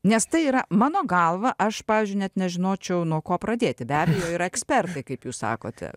nes tai yra mano galva aš pavyzdžiui net nežinočiau nuo ko pradėti be abejo yra ekspertai kaip jūs sakote